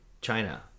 China